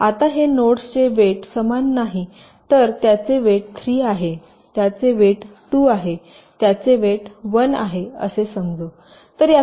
आता हे नोड्सचे वेट समान नाही तर त्याचे वेट 3 आहे त्याचे वेट २ आहे त्याचे वेट १ आहे असे समजू